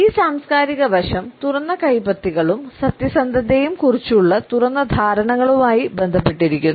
ഈ സാംസ്കാരിക വശം തുറന്ന കൈപ്പത്തികളും സത്യസന്ധതയെയുംക്കുറിച്ചുള്ള തുറന്ന ധാരണകളുമായി ബന്ധപ്പെട്ടിരിക്കുന്നു